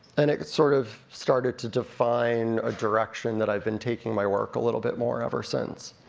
and it sort of started to define a direction that i've been taking my work a little bit more ever since.